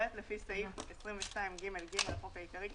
(ב)לפי סעיף 22ג(ג) לחוק העיקרי,